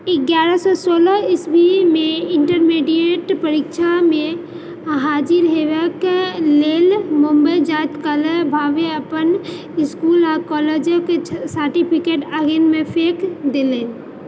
एगारह सए सोलह ईस्वीमे इंटरमीडिएट परीक्षामे हाजिर हेबाक लेल बम्बइ जाइत काल भावे अपन इसकुल आ कॉलेजके सर्टिफिकेट आगिमे फेकि देलनि